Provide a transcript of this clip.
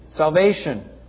Salvation